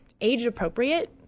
age-appropriate